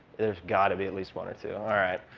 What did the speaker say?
there's got be at least one or two. all right.